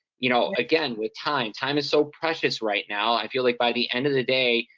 you know, again, with time, time is so precious right now, i feel like by the end of the day,